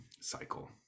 cycle